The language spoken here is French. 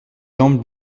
jambes